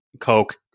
Coke